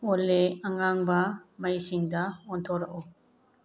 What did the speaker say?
ꯑꯣꯂꯦ ꯑꯉꯥꯡꯕ ꯃꯩꯁꯤꯡꯗ ꯑꯣꯟꯊꯣꯔꯛꯎ